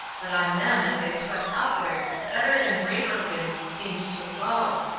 but on them as they swept upward better and braver winds seemed to blow,